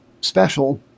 special